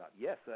Yes